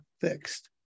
fixed